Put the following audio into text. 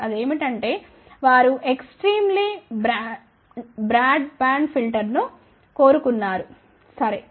అది ఏమిటంటే వారు ఎక్స్ట్రీమ్ లీ బ్రాడ్ బ్యాండ్ ఫిల్టర్ను కోరుకున్నారు సరే